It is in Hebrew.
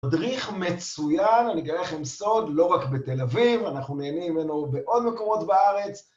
מדריך מצוין, אני אגיד לכם סוד, לא רק בתל אביב, אנחנו נהנים ממנו בעוד מקומות בארץ.